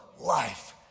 life